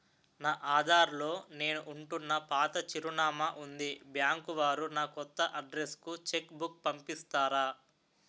నా ఆధార్ లో నేను ఉంటున్న పాత చిరునామా వుంది బ్యాంకు వారు నా కొత్త అడ్రెస్ కు చెక్ బుక్ పంపిస్తారా?